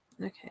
Okay